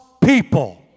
people